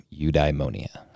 eudaimonia